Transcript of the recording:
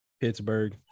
Pittsburgh